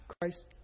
Christ